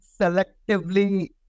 selectively